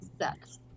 sucks